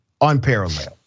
unparalleled